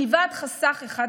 מלבד חסך אחד קטן,